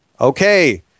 Okay